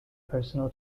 personal